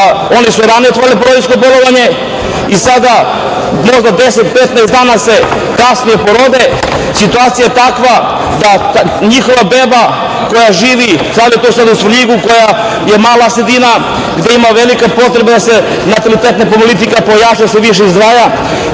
one su ranije otvorile porodiljsko bolovanje, i sada možda 10, 15 dana se kasnije porode situacije je takva da njihova beba koja živi, da li je to sada u Svrljigu koja je mala sredina gde ima velike potrebe da se natalitetna politika pojača i da se više izdvaja,